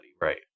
right